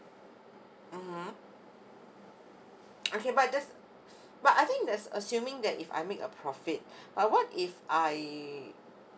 (uh huh) okay but that's but I think that's assuming that if I make a profit but what if I